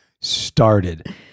started